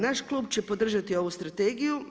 Naš klub će podržati ovu strategiju.